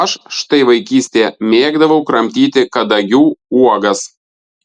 aš štai vaikystėje mėgdavau kramtyti kadagių uogas